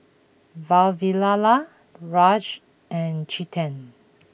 Vavilala Raj and Chetan